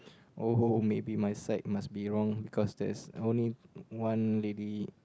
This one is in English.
oh ho maybe my side must be wrong because there's only one lady